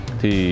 thì